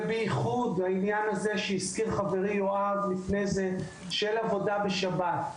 ובייחוד העניין הזה שהזכיר חברי יואב לפני זה של עבודה בשבת.